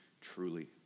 truly